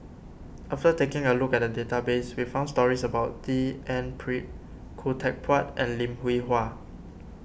after taking a look at the database we found stories about D N Pritt Khoo Teck Puat and Lim Hwee Hua